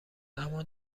اما